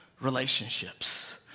relationships